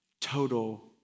total